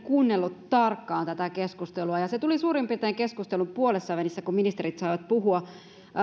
kuunnellut tarkkaan tätä keskustelua ja se tuli suurin piirtein keskustelun puolessa välissä kun ministerit saivat puhua